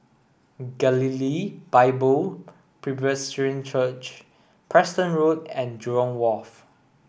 Galilee Bible Presbyterian Church Preston Road and Jurong Wharf